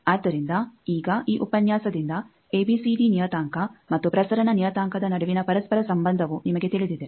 ಆದ್ದರಿಂದ ಈಗ ಈ ಉಪನ್ಯಾಸದಿಂದ ಎಬಿಸಿಡಿ ನಿಯತಾಂಕ ಮತ್ತು ಪ್ರಸರಣ ನಿಯತಾಂಕದ ನಡುವಿನ ಪರಸ್ಪರ ಸಂಬಂಧವು ನಿಮಗೆ ತಿಳಿದಿದೆ